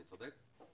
אני צודק?